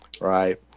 right